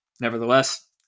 Nevertheless